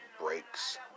breaks